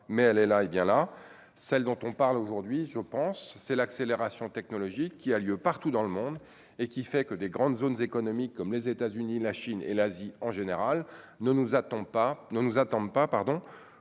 mais elle est là et bien là, celle dont on parle aujourd'hui, je pense, c'est l'accélération technologique qui a lieu partout dans le monde et qui fait que des grandes zones économiques comme les États-Unis, la Chine et l'Asie en général ne nous attend pas,